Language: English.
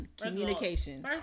communication